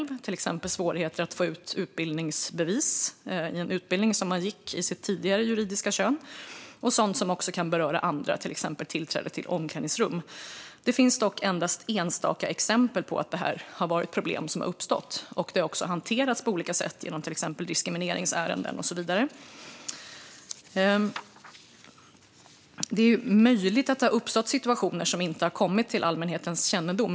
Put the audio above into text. Det gäller till exempel svårigheter att få ut utbildningsbevis för en utbildning som man gick när man hade sitt tidigare juridiska kön och sådant som också kan beröra andra, till exempel tillträde till omklädningsrum. Det finns dock endast enstaka exempel på att detta har varit problem som har uppstått, och det har också hanterats på olika sätt genom till exempel diskrimineringsärenden. Det är möjligt att det har uppstått situationer som inte har kommit till allmänhetens kännedom.